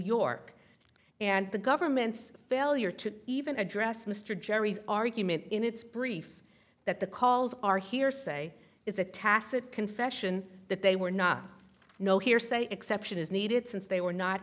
york and the government's failure to even address mr jerry's argument in its brief that the calls are hearsay is a tacit confession that they were not no hearsay exception is needed since they were not